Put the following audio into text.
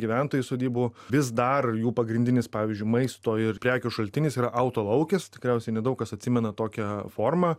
gyventojai sodybų vis dar jų pagrindinis pavyzdžiui maisto ir prekių šaltinis yra altolaukis tikriausiai nedaug kas atsimena tokią formą